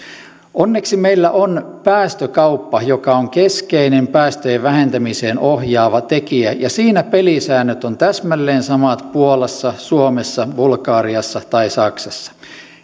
onneksi meillä on päästökauppa joka on keskeinen päästöjen vähentämiseen ohjaava tekijä ja siinä pelisäännöt ovat täsmälleen samat puolassa suomessa bulgariassa tai saksassa